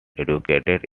educated